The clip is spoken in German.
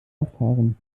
abfahren